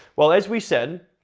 well as we said,